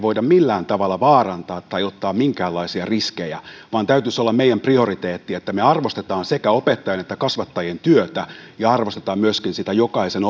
voi millään tavalla vaarantaa tai ottaa minkäänlaisia riskejä vaan meidän prioriteettimme täytyisi olla että me arvostamme sekä opettajien että kasvattajien työtä ja arvostamme myöskin jokaisen